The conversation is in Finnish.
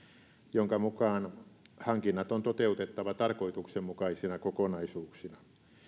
jonka mukaan hankinnat on toteutettava tarkoituksenmukaisina kokonaisuuksina